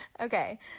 okay